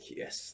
yes